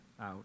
Out